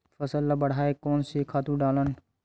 फसल ल बढ़ाय कोन से खातु डालन?